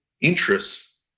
interests